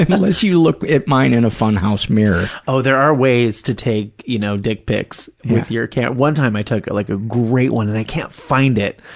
unless you look at mine in a funhouse mirror. oh, there are ways to take, you know, dick pics with your cam, one time i took like a great one and i can't find it.